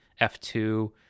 F2